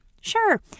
Sure